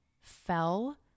fell